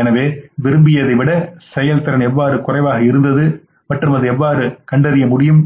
எனவே விரும்பியதை விட செயல்திறன் எவ்வாறு குறைவாக இருந்தது மற்றும் அது எவ்வாறு என்பதைக் கண்டறியலாம்